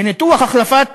לניתוח החלפת